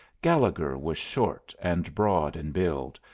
gallegher was short and broad in build,